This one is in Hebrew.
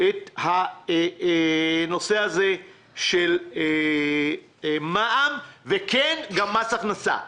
את הנושא הזה של מע"מ וגם מס הכנסה.